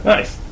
Nice